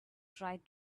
tried